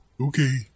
Okay